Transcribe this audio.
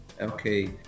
Okay